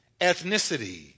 ethnicity